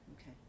Okay